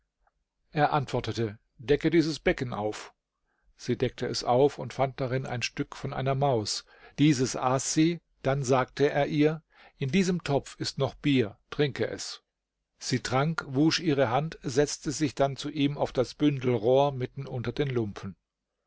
er antwortete decke dieses becken auf sie deckte es auf und fand darin ein stück von einer maus dieses aß sie dann sagte er ihr in diesem topf ist noch bier trinke es sie trank wusch ihre hand setzte sich dann zu ihm auf das bündel rohr mitten unter den lumpen